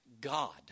God